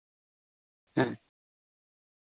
ᱦᱮᱸ